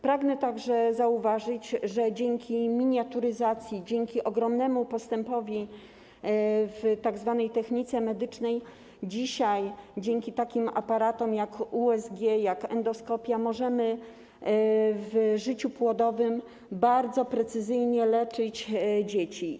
Pragnę także zauważyć, że dzięki miniaturyzacji, dzięki ogromnemu postępowi w tzw. technice medycznej, dzięki takim aparatom jak USG, jak endoskopia możemy w życiu płodowym bardzo precyzyjnie leczyć dzieci.